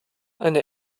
eine